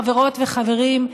חברות וחברים,